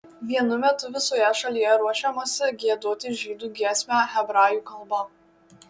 vienu metu visoje šalyje ruošiamasi giedoti žydų giesmę hebrajų kalba